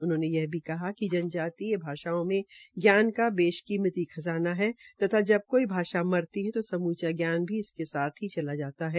उन्होंने यह भी कहा कि जनजाति भाषाओं में ज्ञान का बेशकीमती खजाना है तथा जब कोई भाषा मरती है तो समूचा ज्ञान भी इसके साथ ही चला जाता है